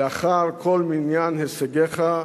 לאחר מניין כל הישגיך,